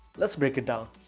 let's break it down.